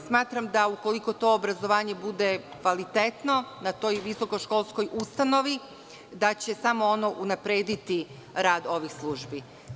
Smatram, ukoliko to obrazovanje bude kvalitetno na toj visokoškolskoj ustanovi, da će ono samo unaprediti rad ovih službi.